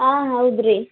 ಹಾಂ ಹೌದು ರೀ